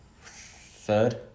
Third